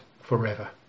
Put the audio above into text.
forever